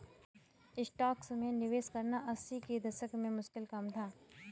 stocks में निवेश करना अस्सी के दशक में मुश्किल काम था